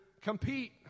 compete